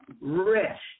Rest